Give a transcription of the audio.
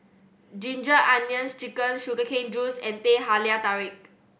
Ginger Onions Chicken sugar cane juice and Teh Halia Tarik